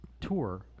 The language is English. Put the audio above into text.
tour